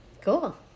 Cool